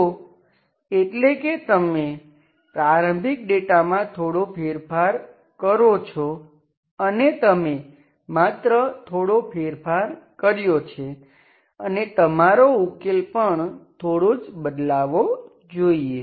તો એટ્લે કે તમે પ્રારંભિક ડેટામાં થોડો ફેરફાર કરો છો અને તમે માત્ર થોડો ફેરફાર કર્યો છે અને તમારો ઉકેલ પણ થોડો જ બદલાવો જોઈએ